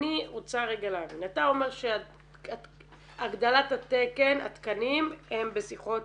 אני רוצה רגע להבין אתה אומר שהגדלת התקנים הם בשיחות